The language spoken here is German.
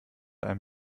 einem